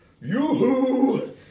Yoo-hoo